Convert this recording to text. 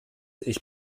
ich